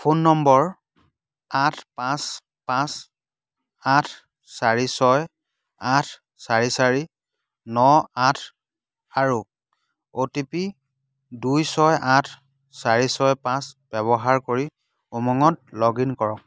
phone number আঠ পাঁচ পাঁচ আঠ চাৰি ছয় আঠ চাৰি চাৰি ন আঠ আৰু অ' টি পি দুই ছয় আঠ চাৰি ছয় পাঁচ ব্যৱহাৰ কৰি উমংত লগ ইন কৰক